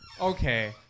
Okay